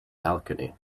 balcony